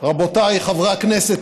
רבותיי חברי הכנסת,